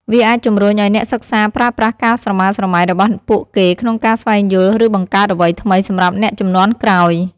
វាអាចជំរុញឲ្យអ្នកសិក្សាប្រើប្រាស់ការស្រមើលស្រមៃរបស់ពួកគេក្នុងការស្វែងយល់ ឬបង្កើតអ្វីថ្មីសម្រាប់អ្នកជំនាន់ក្រោយ។